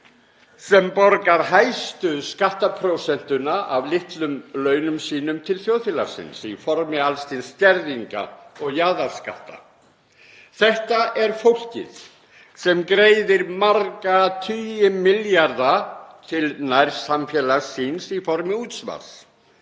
sem borgar hæstu skattprósentuna af litlum launum sínum til þjóðfélagsins í formi alls kyns skerðinga og jaðarskatta. Þetta er fólkið sem greiðir marga tugi milljarða til nærsamfélags síns í formi útsvars,